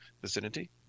vicinity